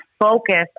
focus